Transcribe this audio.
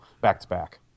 back-to-back